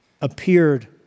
appeared